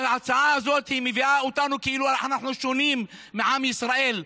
ההצעה הזאת מציגה אותנו כאילו אנחנו שונים מעם ישראל.